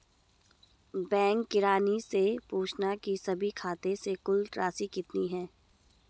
bank किरानी से पूछना की सभी खाते से कुल राशि कितनी है